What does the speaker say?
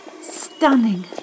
Stunning